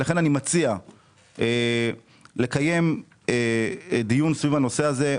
לכן אני מציע לקיים דיון סביב הנושא הזה,